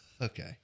Okay